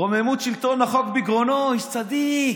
רוממות שלטון החוק בגרונו, איש צדיק,